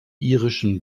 irischen